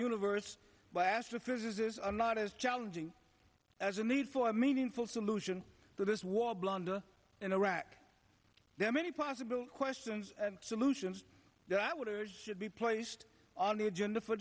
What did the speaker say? universe by astrophysicists are not as challenging as a need for a meaningful solution to this war blunder in iraq there are many possible questions and solutions that i would urge should be placed on the agenda for